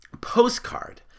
postcard